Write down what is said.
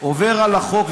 עובר על החוק,